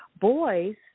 boys